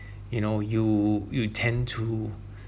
you know you you tend to